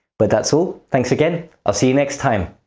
but that's all. thanks again. i'll see you next time.